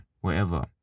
wherever